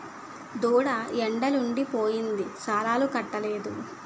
దూడ ఎండలుండి పోయింది సాలాలకట్టలేదు